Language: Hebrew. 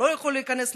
הוא לא יכול להיכנס לפה,